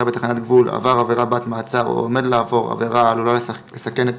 בתחנת גבול עבר עבירה בת מעצר או עומד לעבור עבירה העלולה לסכן את